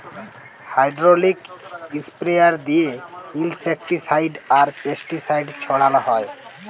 hydraulic sprayer দিঁয়ে insecticide আর pesticide ছড়াল হ্যয়